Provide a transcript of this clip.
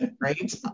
right